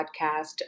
podcast